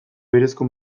berezko